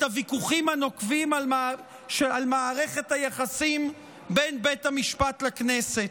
הוויכוחים הנוקבים על מערכת היחסים בין בית המשפט לכנסת.